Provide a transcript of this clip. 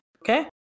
Okay